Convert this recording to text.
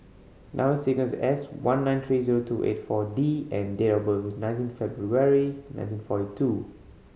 number sequence is S one nine three zero two eight Four D and date of birth is nineteen February nineteen forty two